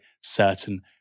certain